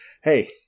Hey